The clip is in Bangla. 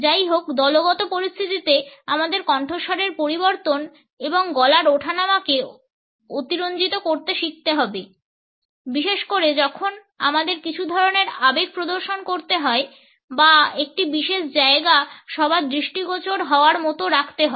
যাইহোক দলগত পরিস্থিতিতে আমাদের কণ্ঠস্বরের পরিবর্তন এবং গলার ওঠানামাকে অতিরঞ্জিত করতে শিখতে হবে বিশেষ করে যখন আমাদের কিছু ধরণের আবেগ প্রদর্শন করতে হয় বা একটি বিশেষ জায়গা সবার দৃষ্টিগোচর হওয়ার মতো রাখতে হয়